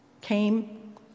came